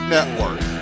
Network